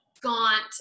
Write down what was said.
gaunt